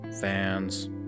fans